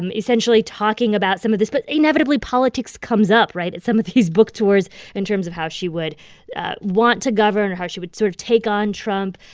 and essentially talking about some of this. but, inevitably, politics comes up right? at some of these book tours in terms of how she would want to govern or how she would sort of take on trump.